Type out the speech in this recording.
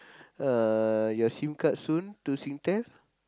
uh your sim card soon to Singtel